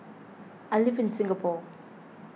I live in Singapore